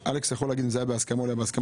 אלכס יכול להגיד אם זה היה בהסכמה או לא בהסכמה,